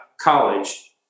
college